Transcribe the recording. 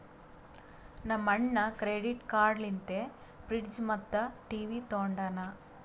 ನಮ್ ಅಣ್ಣಾ credit card ಲಿಂತೆ ಫ್ರಿಡ್ಜ್ ಮತ್ತ ಟಿವಿ ತೊಂಡಾನ